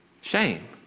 Shame